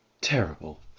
terrible